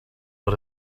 but